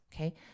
Okay